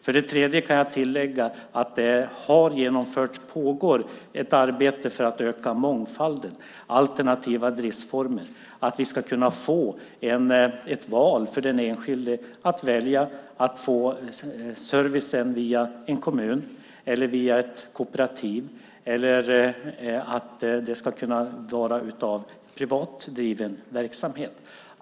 För det tredje kan jag tillägga att det pågår ett arbete för att öka mångfalden till exempel när det gäller alternativa driftsformer. Den enskilde ska kunna välja att få servicen via en kommun, via ett kooperativ eller via privat driven verksamhet.